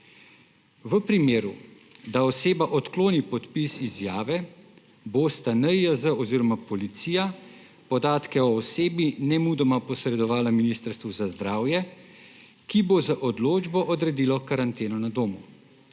V primeru, da oseba odkloni podpis izjave, bosta NIJZ oziroma policija podatke o osebi nemudoma posredovala Ministrstvu za zdravje, ki bo z odločbo odredilo karanteno na domu.